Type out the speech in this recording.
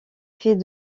fait